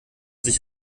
sich